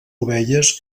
ovelles